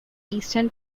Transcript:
eastern